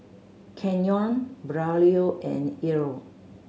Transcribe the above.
Kenyon Braulio and Ilo